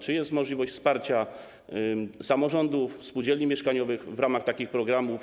Czy jest możliwość wsparcia samorządów, spółdzielni mieszkaniowych w tworzeniu takich programów?